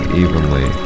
evenly